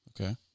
okay